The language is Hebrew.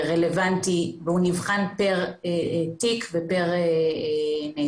הוא רלוונטי, והוא נבחן פר תיק, פר נאשם.